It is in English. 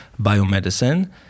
biomedicine